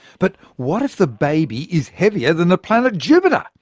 but what if the baby is heavier than the planet jupiter?